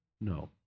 No